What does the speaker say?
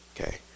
okay